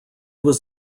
was